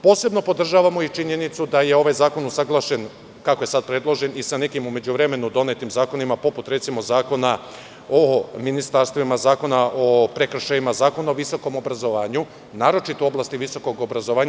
Posebno podržavamo i činjenicu da je ovaj zakon usaglašen, kako je sad predložen, i sa nekim u međuvremenu donetim zakonima, poput, recimo, Zakona o ministarstvima, Zakona o prekršajima, Zakona o visokom obrazovanju, naročito u oblasti visokog obrazovanja.